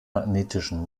magnetischen